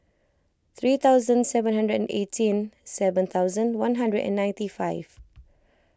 three thousand seven hundred and eighteen seven thousand one hundred and ninety five